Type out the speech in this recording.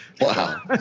Wow